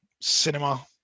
cinema